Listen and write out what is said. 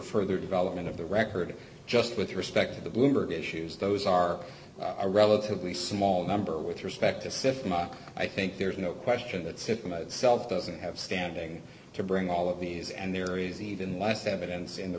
further development of the record just with respect to the bloomberg issues those are a relatively small number with respect to sift i think there's no question that system itself doesn't have standing to bring all of these and there is even less evidence in the